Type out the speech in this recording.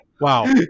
Wow